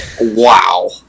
wow